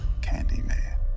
Candyman